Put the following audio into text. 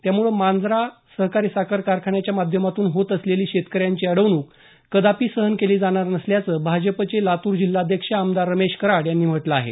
त्यामुळे मांजरा साखर कारखान्याच्या माध्यमातून होत असलेली शेतकऱ्यांची अडवणूक कदापि सहन केली जाणार नसल्याचं भाजपचे लातूर जिल्हाध्यक्ष आमदार रमेश कराड यांनी म्हटलं आहे